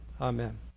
Amen